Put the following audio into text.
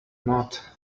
not